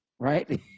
right